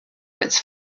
its